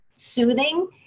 soothing